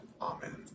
Amen